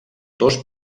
dos